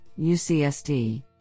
UCSD